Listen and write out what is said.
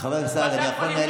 פעם אחת תשתוק,